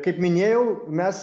kaip minėjau mes